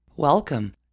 Welcome